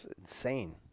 insane